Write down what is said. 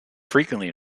frequently